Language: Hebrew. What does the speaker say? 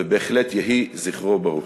ובהחלט יהי זכרו ברוך.